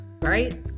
right